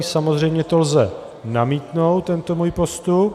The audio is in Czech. Samozřejmě to lze namítnout, tento můj postup.